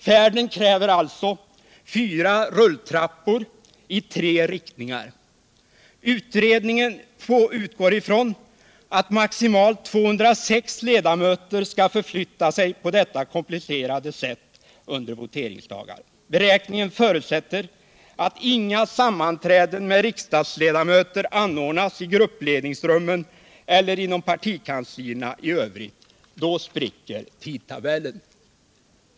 Färden kräver alltså fyra rulltrappor i tre riktningar. Utredningen utgår från att maximalt 206 ledamöter under voteringsdagar skall förflytta sig på detta komplicerade sätt. Beräkningen förutsätter att inga sammanträden med riksdagsledamöter anordnas i gruppledningsrummen eller inom partikanslierna i övrigt. Då spricker tidtabellen.